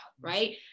right